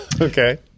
Okay